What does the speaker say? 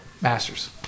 Masters